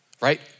right